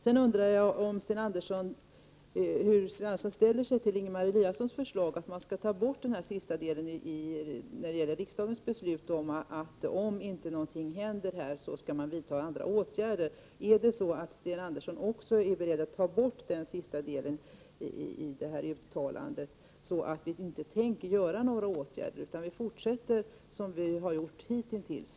Jag undrar hur Sten Andersson ställer sig till Ingemar Eliassons förslag att man skall ta bort den sista delen i riksdagens beslut, nämligen att om inte något händer skall andra åtgärder vidtas. Är Sten Andersson beredd att ta bort den sista delen i detta uttalande att vi inte tänker vidta några åtgärder utan fortsätta som hittills?